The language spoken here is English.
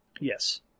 Yes